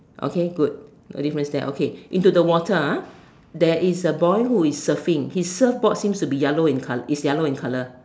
okay good got difference there okay into the water ah there is a boy who is surfing his surfboard seems to be yellow in col~ is yellow in colour